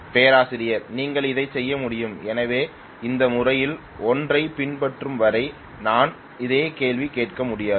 பேராசிரியர் நீங்கள் அதைச் செய்ய முடியும் எனவே இந்த முறைகளில் ஒன்றைப் பின்பற்றும் வரை நான் அதைக் கேள்வி கேட்க முடியாது